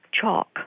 chalk